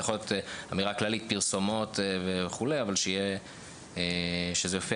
יכולה להיות אמירה כללית כמו "פרסומות" אבל שזה גם יופיע